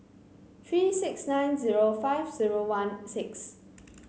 three six nine zero five zero one six